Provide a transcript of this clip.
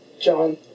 John